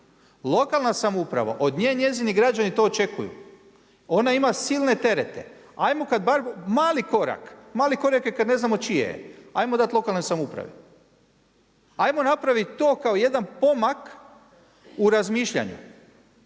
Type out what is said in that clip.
Lokalna samouprava od nje njezini građani to očekuju. Ona ima silne terete, ajmo mali korak, mali korak kada ne znamo čije je. Ajmo dati lokalnoj samoupravi. Ajmo napraviti to kao jedan pomak u razmišljanju.